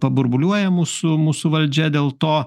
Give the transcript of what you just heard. paburbuliuoja mūsų mūsų valdžia dėl to